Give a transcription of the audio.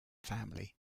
family